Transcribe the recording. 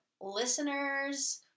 listeners